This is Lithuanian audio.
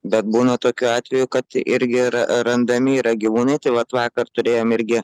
bet būna tokių atvejų kad irgi yra randami yra gyvūnai tai vat vakar turėjom irgi